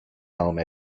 home